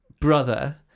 brother